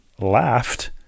laughed